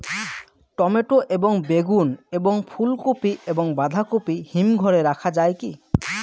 Tomato এবং বেগুন এবং ফুলকপি এবং বাঁধাকপি হিমঘরে রাখা যায় কি?